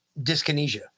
dyskinesia